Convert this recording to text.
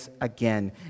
again